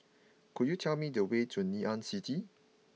could you tell me the way to Ngee Ann City